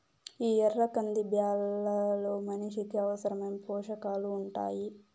ఈ ఎర్ర కంది బ్యాళ్ళలో మనిషికి అవసరమైన పోషకాలు ఉంటాయి